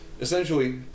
Essentially